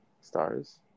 stars